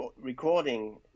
recording